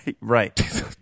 right